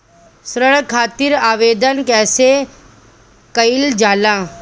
ऋण खातिर आवेदन कैसे कयील जाला?